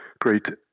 great